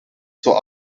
zur